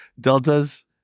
Deltas